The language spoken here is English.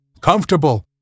comfortable